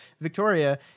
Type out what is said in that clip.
Victoria